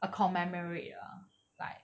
a commemorate lah like